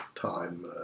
time